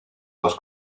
dos